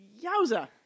Yowza